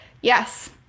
Yes